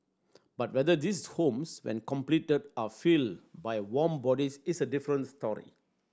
but whether these homes when completed are filled by warm bodies is a different story